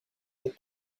that